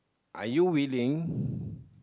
are you willing